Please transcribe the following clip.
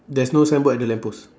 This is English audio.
there's no signboard at the lamp post